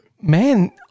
man